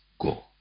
go